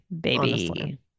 Baby